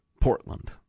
Portland